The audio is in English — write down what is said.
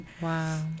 Wow